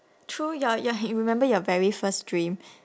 through your your you remember your very first dream